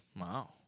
Wow